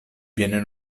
viene